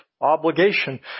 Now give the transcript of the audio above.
obligation